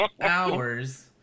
hours –